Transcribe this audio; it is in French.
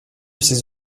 ses